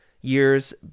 years